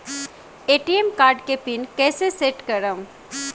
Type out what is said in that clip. ATM card के pin कैसे set करम?